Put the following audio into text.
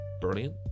brilliant